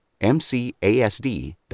MCASD